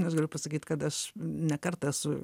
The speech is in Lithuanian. aš galiu pasakyt kad aš ne kartą esu